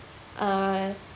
uh